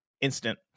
instant